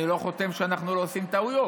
אני לא חותם שאנחנו לא עושים טעויות.